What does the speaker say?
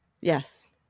Yes